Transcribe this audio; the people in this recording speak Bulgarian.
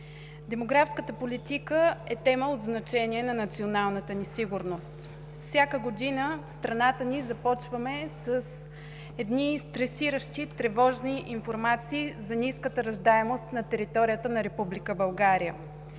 Демографската политика е тема от значение на националната ни сигурност. Всяка година в страната ни започваме с едни стресиращи, тревожни информации за ниската раждаемост на територията на Република